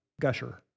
gusher